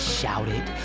shouted